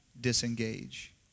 disengage